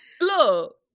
look